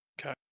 Okay